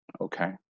Okay